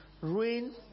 ruin